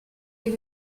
est